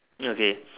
okay